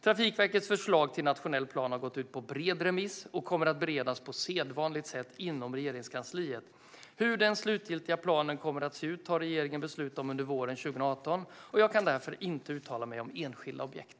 Trafikverkets förslag till nationell plan har gått ut på en bred remiss och kommer att beredas på sedvanligt sätt inom Regeringskansliet. Hur den slutgiltiga planen kommer att se ut tar regeringen beslut om under våren 2018, och jag kan därför i dag inte uttala mig om enskilda objekt.